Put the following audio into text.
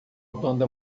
banda